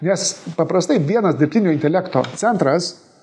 nes paprastai vienas dirbtinio intelekto centras